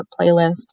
playlist